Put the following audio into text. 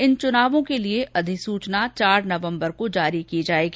इन चुनावों के लिए अधिसुचना चार नवम्बर को जारी की जाएगी